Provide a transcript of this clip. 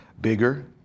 bigger